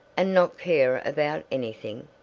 and not care about anything?